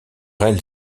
elle